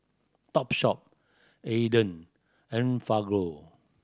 Topshop Aden Enfagrow